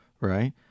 Right